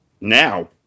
Now